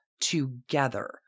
together